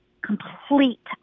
complete